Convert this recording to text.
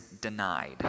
denied